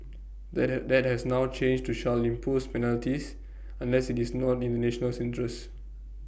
that had that has now changed to shall impose penalties unless IT is not in the national interest